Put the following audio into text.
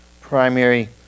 primary